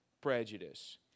prejudice